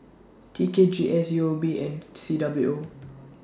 T K G S U O B and C W O